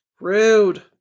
Rude